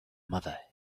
mother